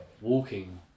walking